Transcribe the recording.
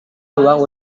ruang